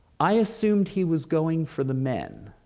i assumed he was going for the men.